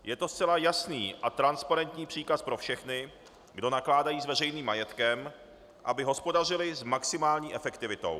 Je to zcela jasný a transparentní příkaz pro všechny, kdo nakládají s veřejným majetkem, aby hospodařili s maximální efektivitou.